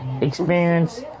experience